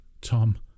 Tom